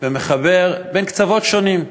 ומחבר בין קצוות שונים.